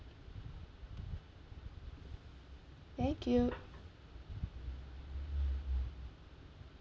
thank you